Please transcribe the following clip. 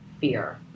fear